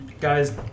guys